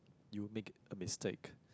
you make it a mistake